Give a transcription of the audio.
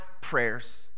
prayers